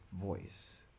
voice